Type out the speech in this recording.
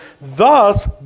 thus